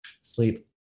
Sleep